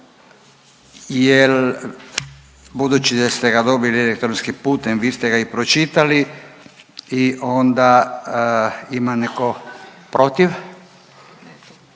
jel budući da ste ga dobili elektronskim putem vi ste ga i pročitali i onda ima neko protiv?